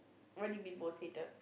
what do you mean most hated